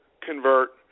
convert